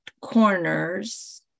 corners